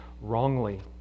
wrongly